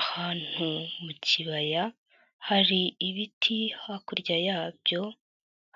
Ahantu mu kibaya, hari ibiti hakurya yabyo,